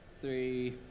three